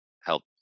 help